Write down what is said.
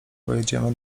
pojedziemy